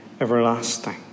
everlasting